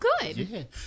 good